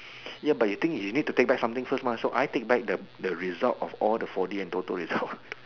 ya but you think you need to take back something first mah so I take back the the result of all the four D and toto result